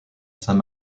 saint